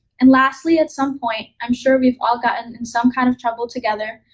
and lastly, at some point, i'm sure we've all gotten in some kind of trouble together,